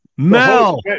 Mel